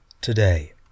today